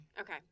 Okay